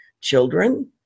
children